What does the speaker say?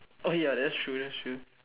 oh ya that's true that's true